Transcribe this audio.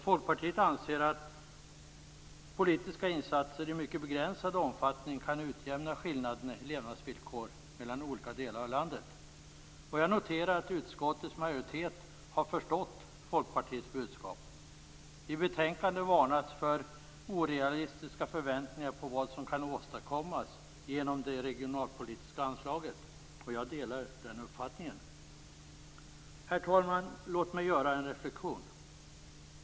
Folkpartiet anser att politiska insatser i mycket begränsad omfattning kan utjämna skillnaderna i levnadsvillkor mellan olika delar av landet. Jag noterar att utskottets majoritet har förstått Folkpartiets budskap. I betänkandet varnas för orealistiska förväntningar på vad som kan åstadkommas genom det regionalpolitiska anslaget. Jag delar den uppfattningen. Herr talman! Låt mig göra en reflexion.